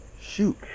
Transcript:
Shoot